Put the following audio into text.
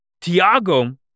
Tiago